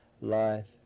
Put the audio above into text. life